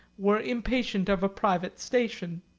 were impatient of a private station.